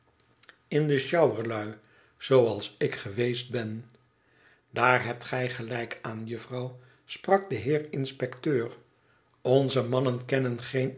in de sjouwerlui zooals ik geweest ben daar hebt gij gelijk aan juffrouw sprak de heer inspecteur onze mannen kennen